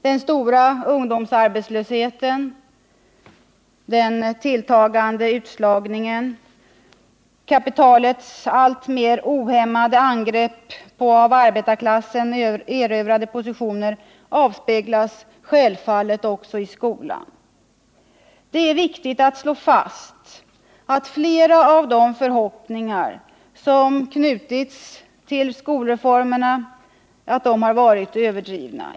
Den stora ungdomsarbetslösheten, den tilltagande utslagningen och kapitalets alltmer ohämmade angrepp på av arbetarklassen erövrade positioner avspeglas självfallet också i skolan. Det är viktigt att slå fast att flera av de förhoppningar som knutits till skolreformerna varit överdrivna.